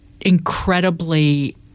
incredibly